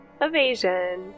evasion